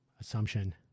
assumption